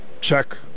check